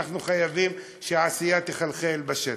אנחנו חייבים שהעשייה תחלחל לשטח.